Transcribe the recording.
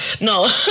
No